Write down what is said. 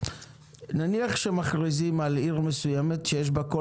נניח שמכריזים בעיר מסוימת שיש בה כל